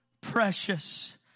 Precious